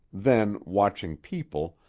then, watching people,